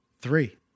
three